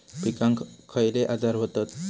पिकांक खयले आजार व्हतत?